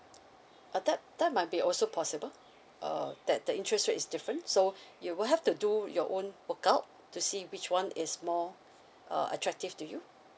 uh that that might be also possible uh that the interest rate is different so you will have to do your own work out to see which one is more uh attractive to you